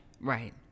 Right